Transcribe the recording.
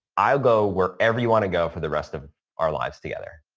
i'll go wherever you want to go for the rest of our lives together.